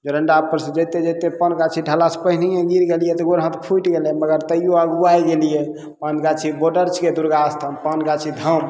जरण्डापर सँ जाइते जाइते पान गाछी ढालासँ पहिनैये गिर गेलियै तऽ गोर हाथ फुटि गेल मगर तइयो अगुआइ गेलियै पान गाछी बोर्डर छियै दुर्गास्थान पान गाछी धाम